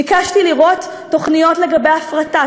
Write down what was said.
ביקשתי לראות תוכניות לגבי הפרטה,